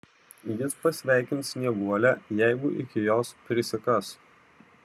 jis pasveikins snieguolę jeigu iki jos prisikas